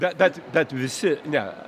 bet bet bet visi ne